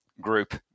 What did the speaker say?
group